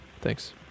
Thanks